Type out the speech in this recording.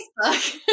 Facebook